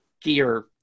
gear